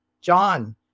John